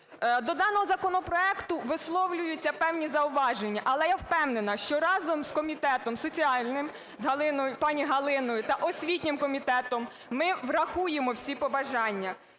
До даного законопроекту висловлюються певні зауваження, але я впевнена, що разом з комітетом соціальним з пані Галиною та освітнім комітетом ми врахуємо всі побажання.